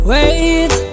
Wait